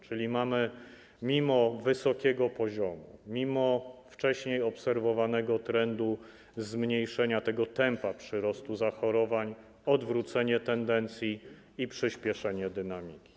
Czyli mamy, mimo wysokiego poziomu, mimo wcześniej obserwowanego trendu zmniejszenia tego tempa przyrostu zachorowań, odwrócenie tendencji i przyspieszenie dynamiki.